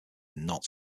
not